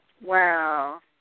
Wow